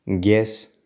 Guess